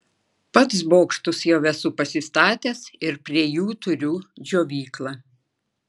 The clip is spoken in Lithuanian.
pats bokštus jau esu pasistatęs ir prie jų turiu džiovyklą